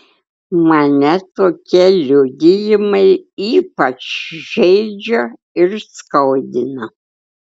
mane tokie liudijimai ypač žeidžia ir skaudina